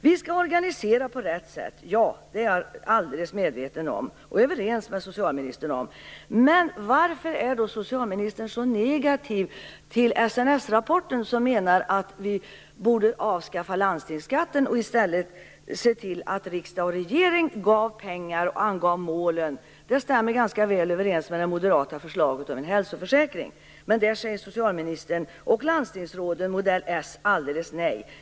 Vi skall organisera på rätt sätt. Ja! Det är jag alldeles medveten om, och det är jag överens med socialministern om. Men varför är då socialministern så negativ till SNS-rapporten, i vilken man menar att vi borde avskaffa landstingsskatten och i stället se till att riksdag och regering ger pengar och anger målen? Detta stämmer ganska väl överens med det moderata förslaget om en hälsoförsäkring, men till det säger socialministern och de socialdemokratiska landstingsråden blankt nej.